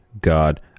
God